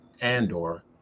Andor